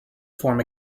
form